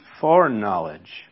foreknowledge